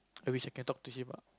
I wish I can talk to him